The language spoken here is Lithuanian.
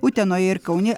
utenoje ir kaune